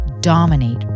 dominate